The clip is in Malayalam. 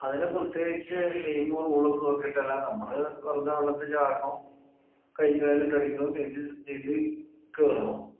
അതിന് പ്രത്യേകിച്ച് ഐയ്മോ റോളോ നോക്കിട്ടല്ല നമ്മള് വെറുതേ വെള്ളത്തിൽ ചാടുന്നു കൈയും കാലും ഇട്ട് അടിക്കുന്നു തിരിച്ച് നീന്തി കയറുന്നു